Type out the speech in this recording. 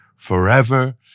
forever